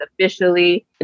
officially